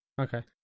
Okay